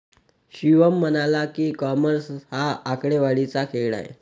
शिवम म्हणाला की, कॉमर्स हा आकडेवारीचा खेळ आहे